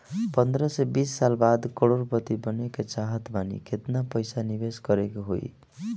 पंद्रह से बीस साल बाद करोड़ पति बने के चाहता बानी केतना पइसा निवेस करे के होई?